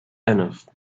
enough